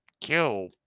kill